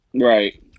right